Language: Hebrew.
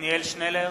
עתניאל שנלר,